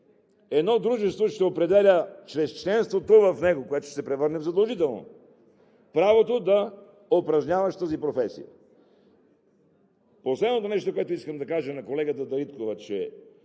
едно дружество ще определя чрез членството в него, което ще се превърне в задължително, правото да упражняваш тази професия? Последното нещо, което искам да кажа на колегата Дариткова, е,